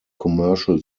commercial